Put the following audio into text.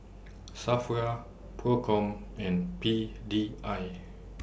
SAFRA PROCOM and P D I